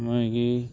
मागीर